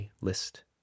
list